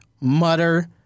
Mutter